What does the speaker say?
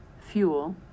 Fuel